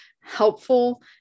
helpful